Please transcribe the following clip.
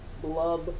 blub